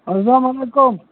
اسلام علیکُم